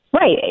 Right